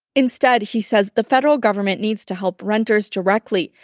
instead, he said the federal government needs to help renters directly,